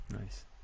nice